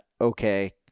okay